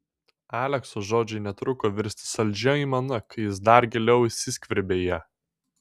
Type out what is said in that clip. alekso žodžiai netruko virsti saldžia aimana kai jis dar giliau įsiskverbė į ją